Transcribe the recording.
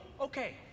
Okay